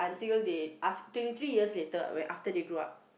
until they aft~ twenty three years later when after they grow up